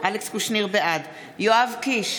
יואב קיש,